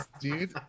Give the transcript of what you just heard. dude